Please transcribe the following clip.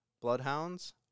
bloodhounds